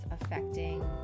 affecting